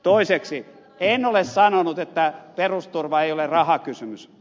toiseksi en ole sanonut että perusturva ei ole rahakysymys